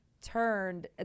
turned